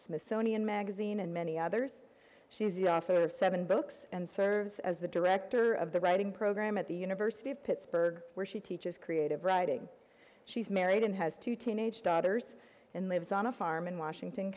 smithsonian magazine and many others she is the author of seven books and serves as the director of the writing program at the university of pittsburgh where she teaches creative writing she's married and has two teenage daughters and lives on a farm in washington